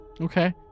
Okay